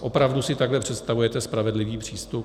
Opravdu si takhle představujete spravedlivý přístup?